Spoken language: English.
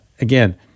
Again